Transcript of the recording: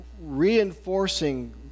Reinforcing